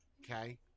Okay